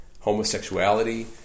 homosexuality